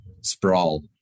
Sprawl